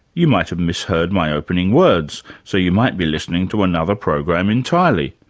you might have mis-heard my opening words, so you might be listening to another program entirely.